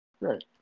right